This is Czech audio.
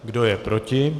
Kdo je proti?